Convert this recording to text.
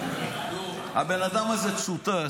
הבן אדם הזה צוטט